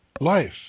life